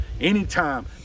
anytime